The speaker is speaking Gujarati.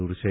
દૂર છે